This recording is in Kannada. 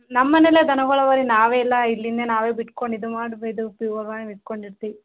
ನಮ್ಮ ಮನೆಲ್ಲೇ ದನಗೊಳು ಅವೆ ರೀ ನಾವೇ ಎಲ್ಲಾ ಇಲ್ಲಿನೆ ನಾವೆ ಬಿಟ್ಟುಕೊಂಡಿದ್ದು ಇದು ಮಾಡಿ ಇದು ಪ್ಯೂವರಾಗಿ ಇಟ್ಟುಕೊಂಡಿರ್ತೀವಿ